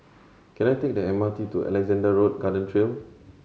can I take the M R T to Alexandra Road Garden Trail